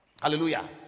hallelujah